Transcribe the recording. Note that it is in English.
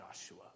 Joshua